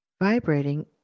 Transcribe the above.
vibrating